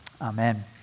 Amen